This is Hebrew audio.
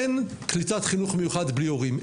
אין קליטת חינוך מיוחד בלי הורים.